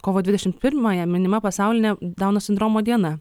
kovo dvidešimt pirmąją minima pasaulinė dauno sindromo diena